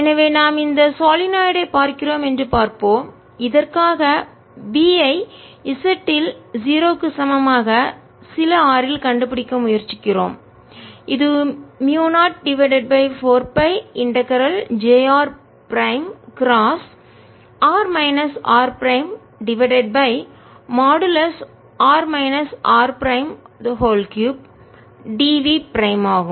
எனவே நாம் இந்த சொலினாய்டு ஐ பார்க்கிறோம் என்று பார்ப்போம் இதற்காக B ஐ z இல் 0 க்கு சமமாக சில r இல் கண்டுபிடிக்க முயற்சிக்கிறோம் இது mu 0 divided by 4 pi integral j prime cross r minus r prime divided by modulus r minus r prime 3 dV prime ஆகும்